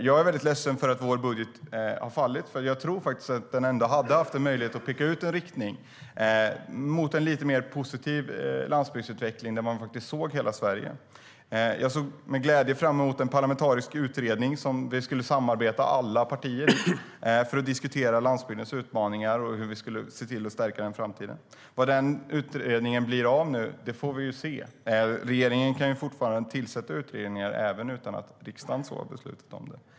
Jag är ledsen över att vår budget föll, för jag tror att den hade haft en möjlighet att peka ut en riktning mot en lite mer positiv landsbygdsutveckling där vi ser hela Sverige. Jag såg med glädje fram emot en parlamentarisk utredning där alla partier skulle samarbeta och diskutera landsbygdens utmaningar och hur vi skulle stärka landsbygdens framtid. Vad det blir av denna utredning får vi se. Regeringen kan ju tillsätta utredningar även om inte riksdagen har beslutat om det.